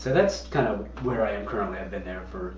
that's kind of where i am currently. i've been there for